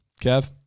Kev